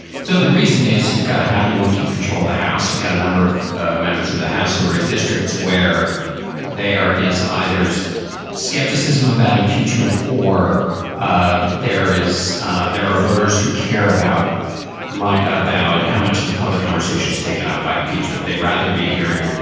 so the reason is you've got to how you want to keep control of the house. you've got a number of ah members of the house who are in districts where there is either's skepticism about impeachment or there is there are voters who care about my. about how much of the public conversation is taken up by impeachment. they'd rather be hearing.